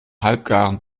halbgaren